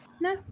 No